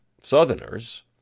Southerners